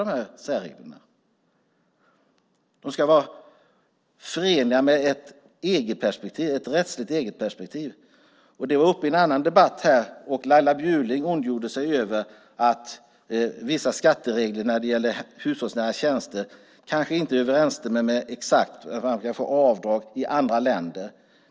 De ska vara förenliga med ett rättsligt EG-perspektiv. Det var uppe i en annan debatt här, och Laila Bjurling ondgjorde sig över att vissa skatteregler när det gäller hushållsnära tjänster kanske inte överensstämmer exakt. Bland annat gäller det att få göra avdrag i andra länder.